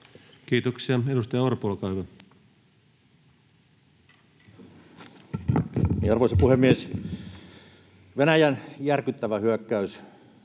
Kiitoksia. — Edustaja Orpo, olkaa hyvä. Arvoisa puhemies! Venäjän järkyttävä hyökkäys